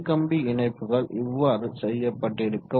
மின்கம்பி இணைப்புகள் இவ்வாறு செய்யப்பட்டிருக்கும்